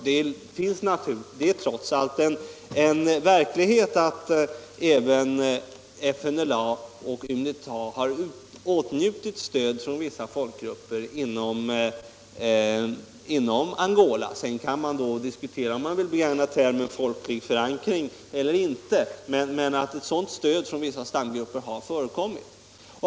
Det är trots allt en verklighet att även FNLA och UNITA har åtnjutit stöd från vissa folkgrupper inom Nr 32 Angola; sedan kan man diskutera om man vill använda termen ”folklig förankring” eller inte, men ett sådant stöd från vissa stamgrupper har förekommit.